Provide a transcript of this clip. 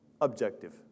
objective